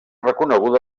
reconeguda